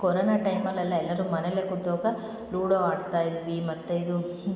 corona ಟೈಮಲ್ಲಿ ಎಲ್ಲ ಎಲ್ಲರು ಮನೆಯಲ್ಲೇ ಕೂತಾಗ ಲೂಡೊ ಆಡ್ತಾಯಿದ್ವಿ ಮತ್ತು ಇದು